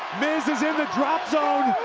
miz is in the drop zone.